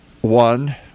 one